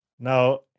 Now